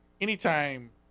anytime